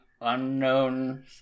unknown